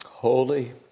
Holy